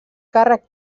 càrrec